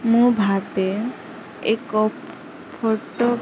ମୁଁ ଭାବେ ଏକ ଫଟୋ